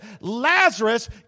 Lazarus